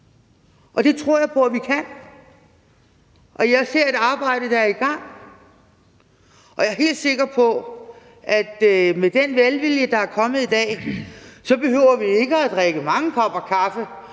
Det tror jeg på at vi kan. Og jeg ser et arbejde, der er i gang. Og jeg er helt sikker på, at vi med den velvilje, der er kommet i dag, ikke behøver drikke mange kopper kaffe